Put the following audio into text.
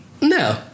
No